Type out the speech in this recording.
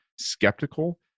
skeptical